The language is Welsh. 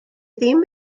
ddim